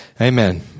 amen